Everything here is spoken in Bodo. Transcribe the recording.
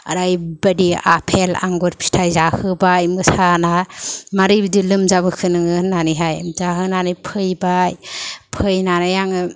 ओरैबादि आपेल आंगुर फिथाइ जाहोबाय मोसाना मारै बिदि लोमजाबोखो नोङो होननानैहाय जाहोनानै फैबाय फैनानै आङो